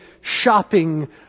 shopping